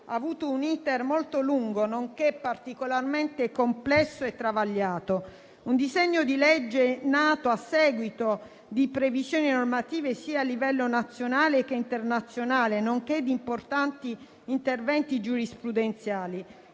ha avuto un *iter* molto lungo, nonché particolarmente complesso e travagliato. È un disegno di legge nato a seguito di previsioni normative a livello sia nazionale sia internazionale, nonché di importanti interventi giurisprudenziali: